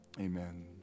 Amen